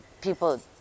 people